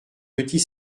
petit